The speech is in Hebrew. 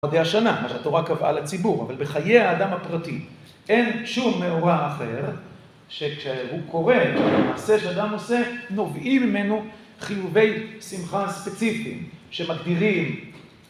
חגי השנה, מה שהתורה קבעה לציבור, אבל בחיי האדם הפרטי אין שום מאורע אחר, שכשהאירוע קורה, מעשה שאדם עושה, נובעים ממנו חיובי שמחה ספציפיים, שמגדירים...